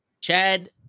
Chad